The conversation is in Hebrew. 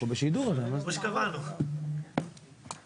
ברור לי שיהיו דיוני המשך, ואנחנו